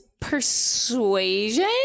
Persuasion